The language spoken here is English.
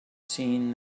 seen